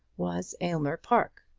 was aylmer park.